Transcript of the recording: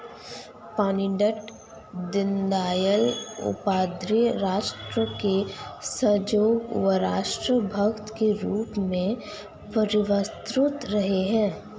पण्डित दीनदयाल उपाध्याय राष्ट्र के सजग व राष्ट्र भक्त के रूप में प्रेरणास्त्रोत रहे हैं